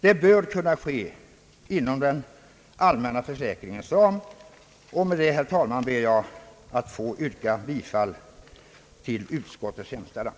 Detta bör kunna ske inom den allmänna försäkringens ram. jag att få yrka bifall till utskottets hemställan.